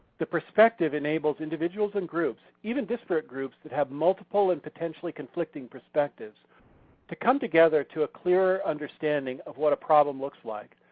the perspective enables individuals in groups, even disparate groups that have multiple and potentially conflicting perspectives to come together to a clearer understanding of what problem looks like,